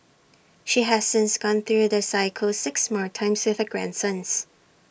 she has since gone through the cycle six more times with her grandsons